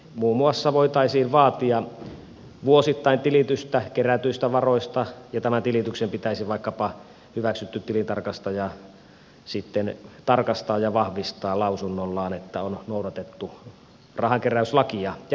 muun muassa voitaisiin vaatia vuosittain tilitystä kerätyistä varoista ja tämä tilitys pitäisi vaikkapa hyväksytyn tilintarkastajan sitten tarkastaa ja vahvistaa lausunnollaan että on noudatettu rahankeräyslakia ja niin edelleen